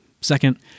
Second